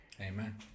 Amen